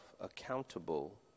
accountable